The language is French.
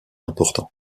important